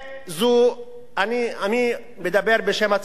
אני מדבר בשם הציבור שלנו,